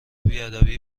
بیادبی